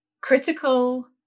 critical